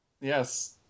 Yes